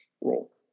role